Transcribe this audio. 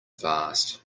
fast